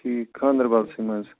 ٹھیٖک گانٛدربَلسٕے منٛز